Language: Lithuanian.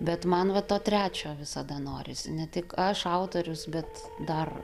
bet man va to trečio visada norisi ne tik aš autorius bet dar